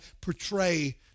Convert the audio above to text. portray